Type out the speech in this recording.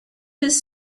his